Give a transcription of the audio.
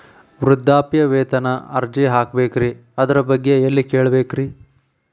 ವೃದ್ಧಾಪ್ಯವೇತನ ಅರ್ಜಿ ಹಾಕಬೇಕ್ರಿ ಅದರ ಬಗ್ಗೆ ಎಲ್ಲಿ ಕೇಳಬೇಕ್ರಿ?